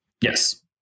Yes